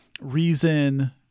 reason